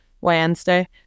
wednesday